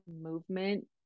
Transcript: movement